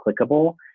clickable